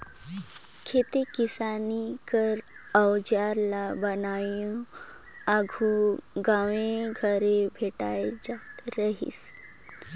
खेती किसानी कर अउजार ल बनोइया आघु गाँवे घरे भेटाए जात रहिन